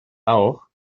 auch